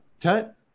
Tut